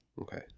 Okay